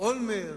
אולמרט?